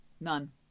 None